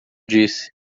disse